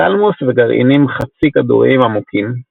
תלמוס וגרעינים חצי כדוריים עמוקים.